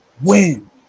win